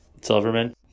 Silverman